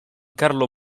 carlo